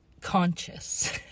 conscious